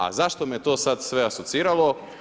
A zašto me to sada sve asociralo?